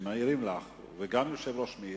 שכאשר מעירים לך, וגם היושב-ראש מעיר,